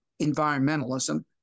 environmentalism